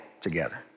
together